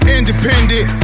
Independent